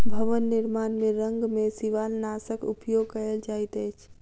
भवन निर्माण में रंग में शिवालनाशक उपयोग कयल जाइत अछि